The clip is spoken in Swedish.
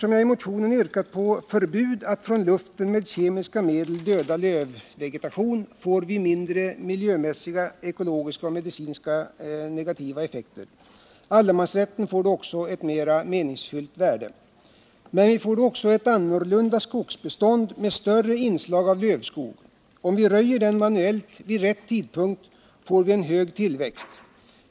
Jag har i motionen yrkat på förbud mot att med kemiska medel från luften döda lövvegetation, eftersom vi med ett förbud får mindre negativa miljömässiga, ekologiska och medicinska effekter på vegetationen. Också allemansrätten får då ett mera meningsfullt värde. Men vi får även ett annorlunda skogsbestånd, med större inslag av lövskog. Om vi röjer den skogen manuellt och vid rätt tidpunkt, får vi dessutom en hög tillväxtgrad.